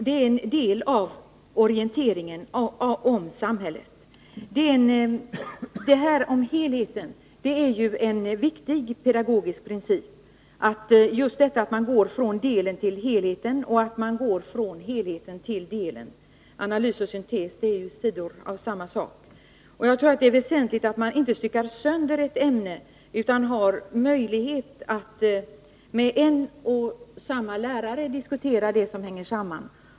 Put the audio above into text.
Den är en del av orienteringen om samhället, och det är en viktig pedagogisk princip att gå från delen till helheten och från helheten till delen. Analys och syntes är sidor av samma sak. Det är väsentligt att man inte styckar sönder ett ämne utan har möjlighet att med en och samma lärare diskutera det som hänger samman.